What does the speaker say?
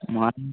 morning